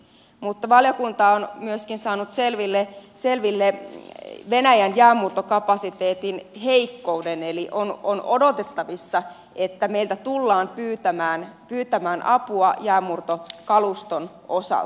mutta valiokunta on myöskin saanut selville venäjän jäänmurtokapasiteetin heikkouden eli on odotettavissa että meiltä tullaan pyytämään apua jäänmurtokaluston osalta